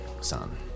son